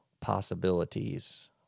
possibilities